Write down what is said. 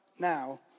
now